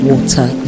Water